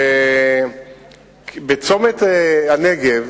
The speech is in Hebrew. בצומת הנגב